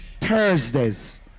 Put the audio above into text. Thursdays